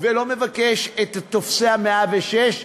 ולא מבקש את טופסי ה-106,